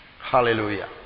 Hallelujah